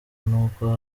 n’uko